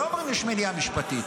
לא אומרים שיש מניעה משפטית,